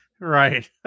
Right